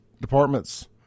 departments